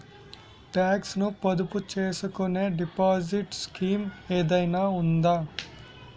Talks ను పొదుపు చేసుకునే డిపాజిట్ స్కీం ఏదైనా ఉందా?